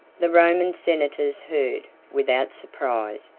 the roman senators heard, without surprise,